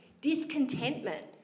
Discontentment